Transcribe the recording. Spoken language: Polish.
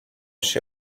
się